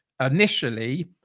initially